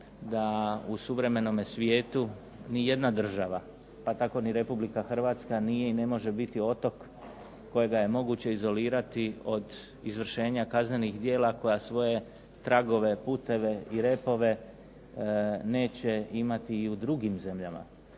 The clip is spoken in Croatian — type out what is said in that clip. da u suvremenome svijetu ni jedna država, pa tako ni Republika Hrvatska nije i ne može biti otok kojega je moguće izolirati od izvršenja kaznenih djela koja svoje tragove, puteve i repove neće imati i u drugim zemljama.